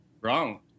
Wrong